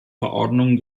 verordnungen